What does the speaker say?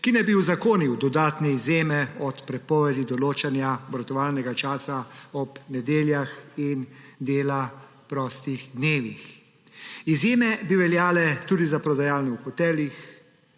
ki naj bi uzakonil dodatne izjeme od prepovedi določanja obratovalnega časa ob nedeljah in dela prostih dnevih. Izjeme bi veljale tudi za prodajalne v hotelih,